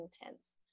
intense